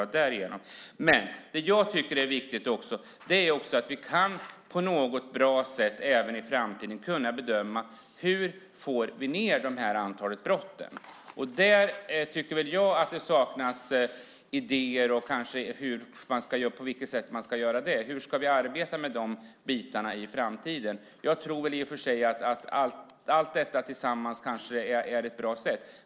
Jag tycker också att det är viktigt att vi på något bra sätt i framtiden även kan bedöma hur vi får ned antalet sådana här brott. Jag tycker att det saknas idéer om hur vi ska arbeta med det i framtiden. Jag tror att allt tillsammans kanske är ett bra sätt.